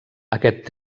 aquest